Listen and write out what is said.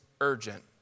urgent